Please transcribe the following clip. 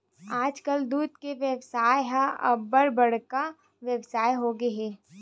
आजकाल दूद के बेवसाय ह अब्बड़ बड़का बेवसाय होगे हे